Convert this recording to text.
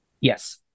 Yes